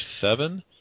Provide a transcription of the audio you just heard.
seven